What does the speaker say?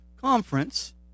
conference